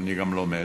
אני גם לומד